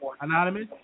Anonymous